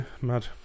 mad